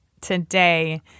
today